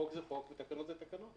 חוק זה חוק ותקנות זה תקנות.